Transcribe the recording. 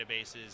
databases